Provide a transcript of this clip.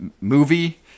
movie